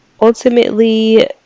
Ultimately